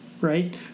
right